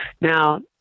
Now